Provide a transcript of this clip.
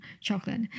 chocolate